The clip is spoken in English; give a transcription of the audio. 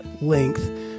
length